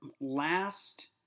last